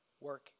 work